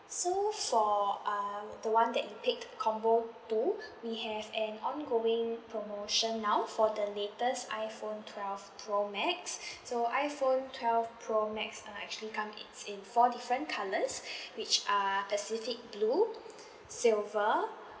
so for um the one that you pick combo two we have an ongoing promotion now for the latest iphone twelve pro max so iphone twelve pro max are actually comes in in four different colours which are pacific blue silver